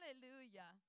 Hallelujah